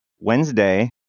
Wednesday